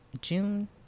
June